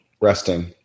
resting